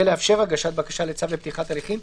לאפשר הגשת בקשה לצו לפתיחת הליכים,